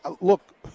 look